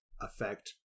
affect